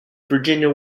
virginia